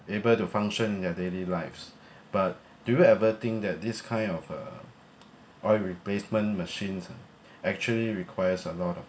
able to function their daily lives but do you ever think that this kind of uh oil replacement machines are actually requires a lot of